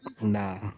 Nah